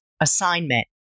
assignment